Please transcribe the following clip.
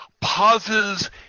pauses